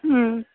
ம்